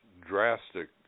drastic